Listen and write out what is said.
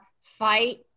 fight